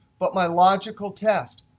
but my logical test.